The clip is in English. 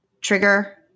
trigger